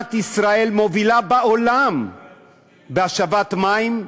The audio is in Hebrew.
מדינת ישראל מובילה בעולם בהשבת מים,